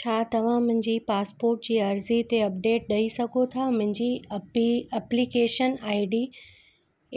छा तव्हां मुंहिंजे पासपोर्ट जी अर्ज़ी ते अपडेट ॾेई सघो था मुंहिंजी अपील एप्लीकेशन आई डी